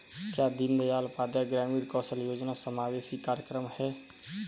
क्या दीनदयाल उपाध्याय ग्रामीण कौशल योजना समावेशी कार्यक्रम है?